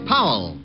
Powell